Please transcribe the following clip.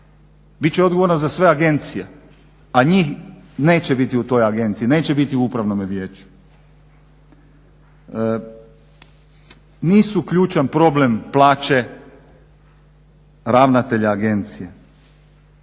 Bit će odgovoran za sve agencije, a njih neće biti u toj agenciji, neće biti u upravnome vijeću. Nisu ključan problem plaće ravnatelja agencije.